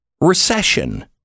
recession